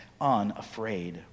unafraid